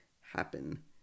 happen